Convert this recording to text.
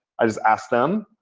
i just asked them,